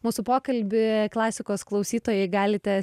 mūsų pokalbį klasikos klausytojai galite